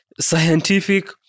scientific